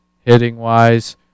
Hitting-wise